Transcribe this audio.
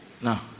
Now